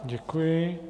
Děkuji.